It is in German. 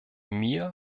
mir